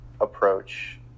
approach